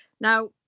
now